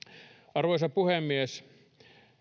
arvoisa puhemies